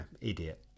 idiot